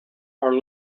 are